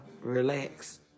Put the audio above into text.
relax